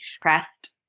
pressed